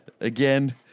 Again